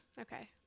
okay